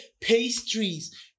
pastries